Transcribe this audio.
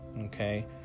Okay